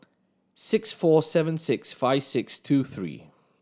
six four seven six five six two three